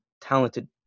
talented